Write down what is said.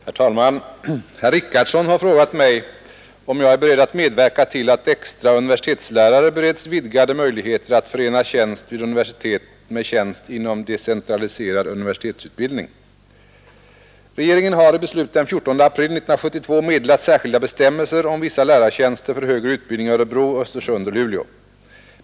Herr talman! Herr Richardson har frågat mig om jag är beredd att medverka till att extra universitetslärare bereds vidgade möjligheter att förena tjänst vid universitet med tjänst inom decentraliserad universitetsutbildning. Regeringen har i beslut den 14 april 1972 meddelat särskilda bestämmelser om vissa lärartjänster för högre utbildning i Örebro, Östersund och Luleå.